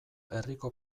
herriko